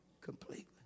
completely